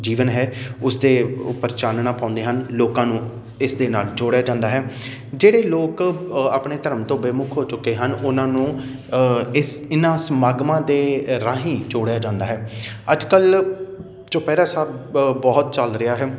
ਜੀਵਨ ਹੈ ਉਸਦੇ ਉੱਪਰ ਚਾਨਣਾ ਪਾਉਂਦੇ ਹਨ ਲੋਕਾਂ ਨੂੰ ਇਸ ਦੇ ਨਾਲ ਜੋੜਿਆ ਜਾਂਦਾ ਹੈ ਜਿਹੜੇ ਲੋਕ ਆਪਣੇ ਧਰਮ ਤੋਂ ਬੇਮੁੱਖ ਹੋ ਚੁੱਕੇ ਹਨ ਉਹਨਾਂ ਨੂੰ ਇਸ ਇਹਨਾਂ ਸਮਾਗਮਾਂ ਦੇ ਰਾਹੀਂ ਜੋੜਿਆ ਜਾਂਦਾ ਹੈ ਅੱਜ ਕੱਲ੍ਹ ਚੋਪਿਹਰਾ ਸਾਹਿਬ ਬਹੁਤ ਚੱਲ ਰਿਹਾ ਹੈ